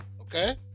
Okay